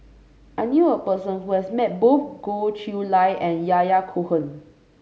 I knew a person who has met both Goh Chiew Lye and Yahya Cohen